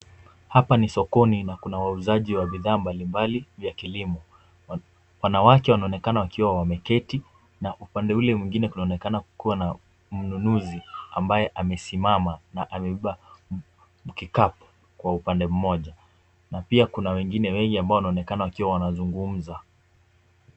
Hapa ni sokoni na kuna wauzaji wa bidhaa mbalimbali, ya kilimo. Wanawake wanaonekana wakiwa wameketi, na upande ule mwingine kuna onekana kukuwa na mnunuzi, ambaye amesimama na amebeba kikapu kwa upande mmoja. Na pia kuna wengine wengi ambao wanaonekana wakiwa wanazungumza.